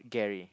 Gary